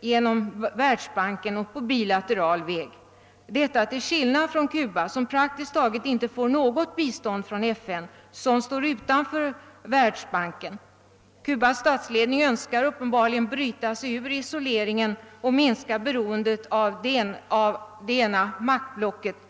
genom Världsbanken och på bilateral väg till skillnad från Cuba, som praktiskt taget inte får något bistånd från FN och som står utanför Världsbanken. Cubas statsledning önskar uppenbarligen bryta sig ur isoleringen och minska beroendet av det ena maktblocket.